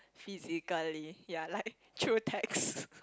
physically yea like through text